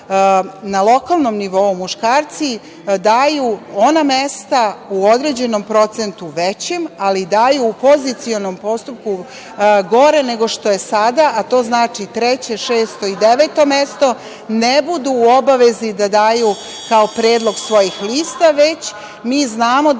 na lokalnom nivou muškarci daju ona mesta u određenom procentu većim, ali daju u pozicionom postupku gore nego što je sada, a to znači treće, šesto i deveto mesto, ne budu u obavezi da daju kao predlog svojih lista, već mi znamo da